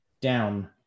down